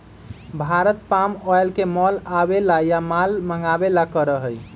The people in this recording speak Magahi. भारत पाम ऑयल के माल आवे ला या माल मंगावे ला करा हई